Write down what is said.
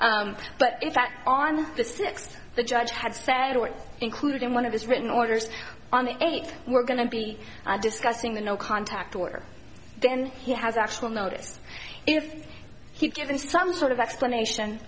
fact on the sixth the judge had said or included in one of his written orders on the eighth we're going to be discussing the no contact order then he has actual notice if he's given some sort of explanation